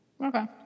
Okay